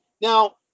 Now